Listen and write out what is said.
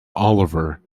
olivier